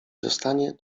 zostanie